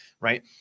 right